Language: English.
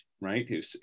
right